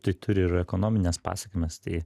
tai turi ir ekonomines pasekmes tai